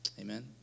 Amen